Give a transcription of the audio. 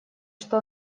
что